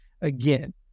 again